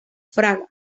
fraga